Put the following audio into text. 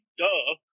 duh